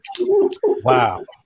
Wow